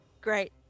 Great